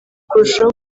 kurushaho